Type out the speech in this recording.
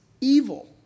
evil